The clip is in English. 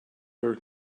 her